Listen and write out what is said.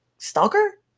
stalker